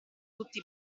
tutti